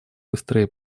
быстрее